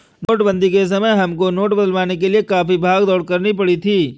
नोटबंदी के समय हमको नोट बदलवाने के लिए काफी भाग दौड़ करनी पड़ी थी